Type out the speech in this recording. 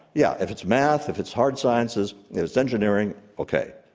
yeah, if it's math, if it's hard sciences, if it's engineering, okay.